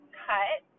cut